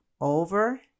over